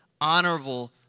honorable